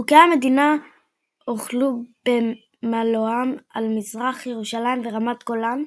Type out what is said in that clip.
חוקי המדינה הוחלו במלואם על מזרח ירושלים ורמת הגולן,